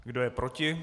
Kdo je proti?